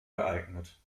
geeignet